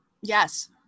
Yes